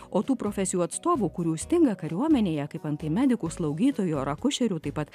o tų profesijų atstovų kurių stinga kariuomenėje kaip antai medikų slaugytojų ar akušerių taip pat